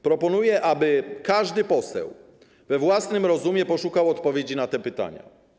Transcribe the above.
Proponuję, aby każdy poseł we własnym rozumie poszukał odpowiedzi na te pytania.